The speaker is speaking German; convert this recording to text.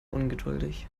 ungeduldig